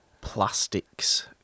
plastics